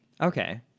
Okay